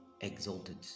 Exalted